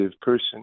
person